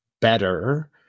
better